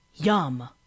yum